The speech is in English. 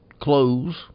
clothes